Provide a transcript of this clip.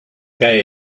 cae